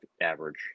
average